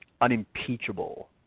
unimpeachable